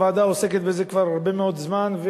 הוועדה עוסקת בזה כבר הרבה מאוד זמן,